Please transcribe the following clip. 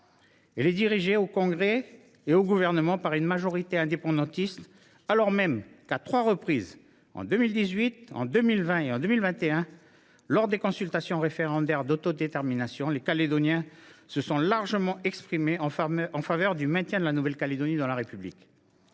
Elle est dirigée au congrès et au gouvernement par une majorité indépendantiste, alors même que, à trois reprises – en 2018, en 2020 et en 2021 –, lors des consultations référendaires d’autodétermination, les Calédoniens se sont largement exprimés en faveur du maintien de la Nouvelle Calédonie dans la République.